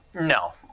No